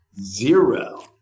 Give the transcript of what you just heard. zero